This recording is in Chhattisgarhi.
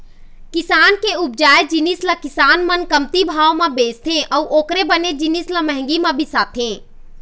किसान के उपजाए जिनिस ल किसान मन कमती भाव म बेचथे अउ ओखरे बने जिनिस ल महंगी म बिसाथे